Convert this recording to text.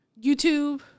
YouTube